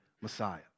Messiah